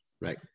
Right